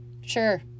Sure